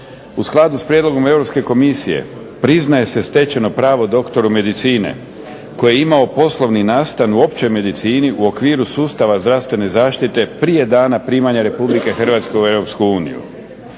U skladu s prijedlogom Europske Komisije, priznaje se stečeno pravo doktoru medicine koji je imao poslovni nastan u općoj medicini u okviru sustava zdravstvene zaštite prije dana primanja Republike Hrvatske u Europsku uniju.